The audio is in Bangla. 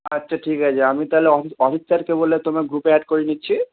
আচ্ছা ঠিক আছে আমি তাহলে অমিত স্যারকে বলে তোমায় গ্রুপে অ্যাড করে নিচ্ছি